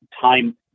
time